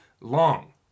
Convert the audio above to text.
long